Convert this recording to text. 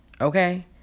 okay